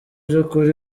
byukuri